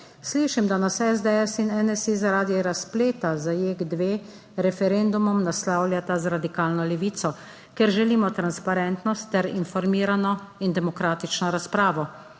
"Slišim, da nas SDS in NSi zaradi razpleta za JEK 2 referendumom naslavljata z radikalno levico, ker želimo transparentnost ter informirano in demokratično razpravo.